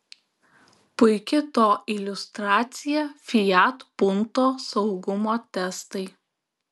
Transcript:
puiki to iliustracija fiat punto saugumo testai